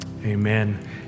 Amen